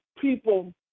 people